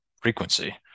frequency